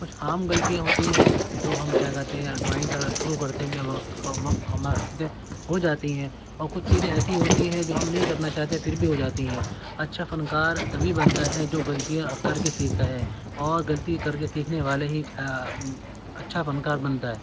کچھ عام غلطیاں ہوتی ہے جو ہم کیا کہتے ہیں یا ڈرائنگ شروع کرتے میں وقت وقت ہمارے سے ہو جاتی ہیں اور کچھ چیزیں ایسی ہوتی ہیں جو ہم نہیں کرنا چاہتے پھر بھی ہو جاتی ہیں اچھا فنکار تبھی بنتا ہے جو غلطیاں کر کے سیکھتا ہے اور غلطی کر کے سیکھنے والے ہی کیا اچھا فنکار بنتا ہے